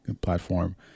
platform